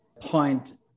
point